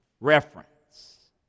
Reference